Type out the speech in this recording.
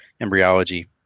embryology